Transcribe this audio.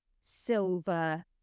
silver